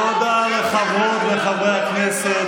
תודה לחברות וחברי הכנסת.